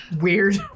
weird